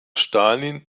stalin